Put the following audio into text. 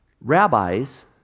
rabbis